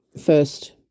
first